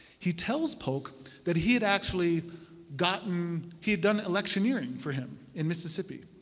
he tells polk that he had actually gotten he had done electioneering for him in mississippi.